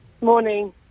Morning